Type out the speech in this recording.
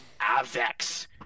Avex